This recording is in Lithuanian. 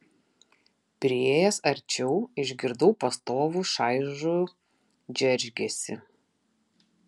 priėjęs arčiau išgirdau pastovų šaižų džeržgesį